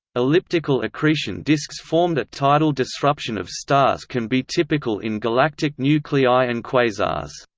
elliptical accretion disks formed at tidal disruption of stars can be typical in galactic nuclei and quasars.